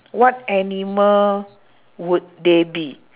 what animal would they be